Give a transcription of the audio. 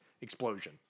Explosion